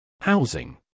Housing